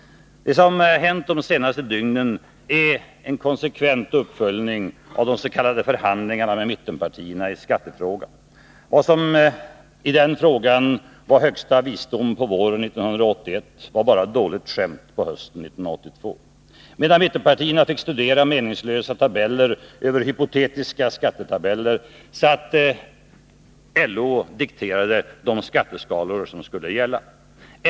Det som hänt de senaste dygnen är en konsekvent uppföljning av de s.k. förhandlingarna med mittenpartierna i skattefrågan. Vad som i den frågan var högsta visdom på våren 1981 var bara ett dåligt skämt hösten 1982. Medan mittenpartierna fick studera meningslösa tabeller över hypotetiska skatteutfall satt LO och dikterade de skatteskalor som skulle gälla.